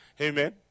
Amen